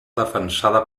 defensada